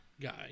guy